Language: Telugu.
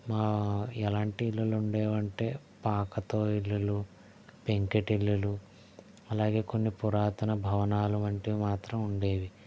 ఎలాంటి ఇళ్ళు ఉండేవంటే పాకతో ఇళ్ళు పెంకుటిళ్ళు అలాగే కొన్ని పురాతన భవనాలు వంటివి మాత్రం ఉండేవి